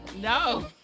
No